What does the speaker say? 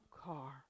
car